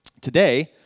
Today